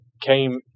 came